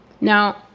Now